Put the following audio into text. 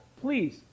please